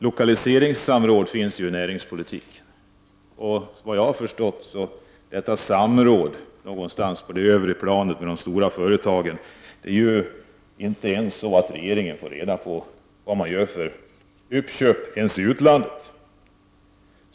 Lokaliseringssamråd finns inom näringspolitiken. Vad jag har förstått fungerar samrådet någonstans på det övre planet så att regeringen inte får reda på vilka uppköp de stora företagen gör ens i utlandet.